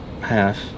half